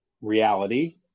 reality